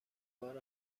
بار